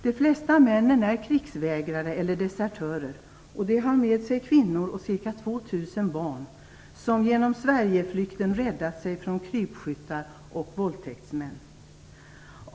De flesta männen är krigsvägrare eller desertörer, och de har med sig kvinnor och ca 2 000 barn, som genom Sverigeflykten räddat sig från krypskyttar och våldtäktsmän.